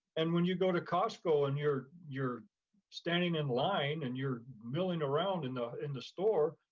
and when you go to costco and you're you're standing in line and you're milling around in the in the store,